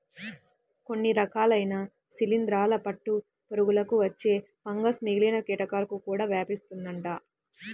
కొన్ని రకాలైన శిలీందరాల పట్టు పురుగులకు వచ్చే ఫంగస్ మిగిలిన కీటకాలకు కూడా వ్యాపిస్తుందంట